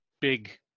big